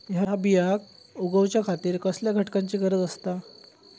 हया बियांक उगौच्या खातिर कसल्या घटकांची गरज आसता?